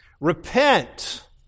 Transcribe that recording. Repent